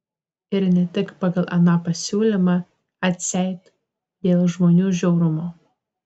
ir ne tik pagal aną pasiūlymą atseit dėl žmonių žiaurumo